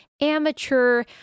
amateur